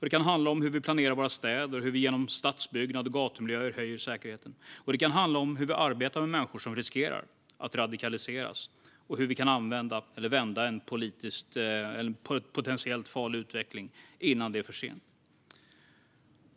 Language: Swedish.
Det kan handla om hur vi planerar våra städer och hur vi genom stadsbyggnad och gatumiljöer höjer säkerheten. Det kan handla om hur vi arbetar med människor som riskerar att radikaliseras och hur vi kan vända en potentiellt farlig utveckling innan det är för sent.